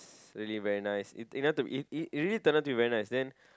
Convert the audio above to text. really very nice it turn out to be it it it really turn out to be very nice then